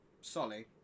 Solly